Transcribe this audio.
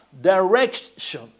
direction